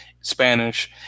Spanish